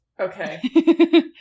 Okay